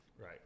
Right